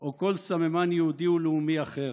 או כל סממן יהודי ולאומי אחר.